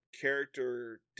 character